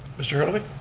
mr. herlovich?